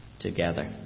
together